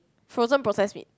frozen process meat